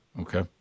Okay